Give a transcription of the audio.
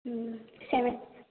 seven